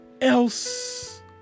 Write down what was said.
else